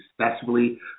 successfully